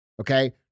okay